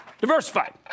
diversified